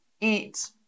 eat